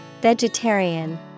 Vegetarian